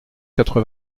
quatre